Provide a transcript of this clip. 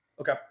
Okay